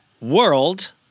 world